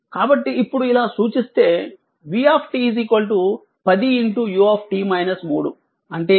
కాబట్టి ఇప్పుడు ఇలా సూచిస్తే v 10 u అంటే ఇది 10 u